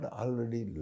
already